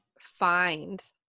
find